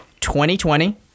2020